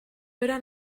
bera